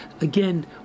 Again